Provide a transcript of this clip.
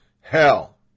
hell